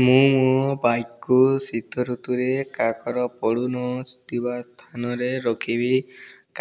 ମୁଁ ମୋ' ବାଇକ୍କୁ ଶୀତ ଋତୁରେ କାକର ପଡ଼ୁନଥିବା ସ୍ଥାନରେ ରଖିବି